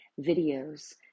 videos